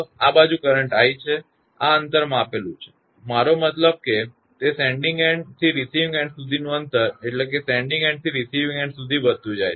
આ બાજુ current i છે આ અંતર માપેલું છે મારો મતલબ કે તે સેન્ડીંગ એન્ડ થી રિસીવીંગ એન્ડ સુધીનું અંતર એટલે કે તે સેન્ડીંગ એન્ડ થી રિસીવીંગ એન્ડ સુધી વધતું જાય છે